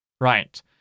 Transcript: Right